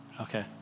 Okay